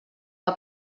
que